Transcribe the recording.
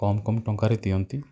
କମ୍ କମ୍ ଟଙ୍କାରେ ଦିଅନ୍ତି